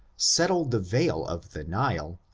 settled the vale of the nile,